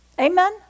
Amen